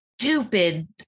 Stupid